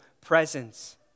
presence